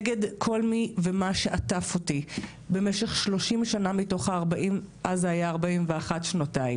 נגד כל מי ומה שעטף אותי במשך 30 שנה מתוך אז זה היה 41 שנותיי,